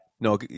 no